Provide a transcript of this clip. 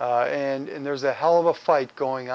and there's a hell of a fight going